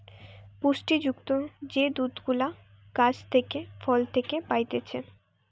পুষ্টি যুক্ত যে দুধ গুলা গাছ থেকে, ফল থেকে পাইতেছে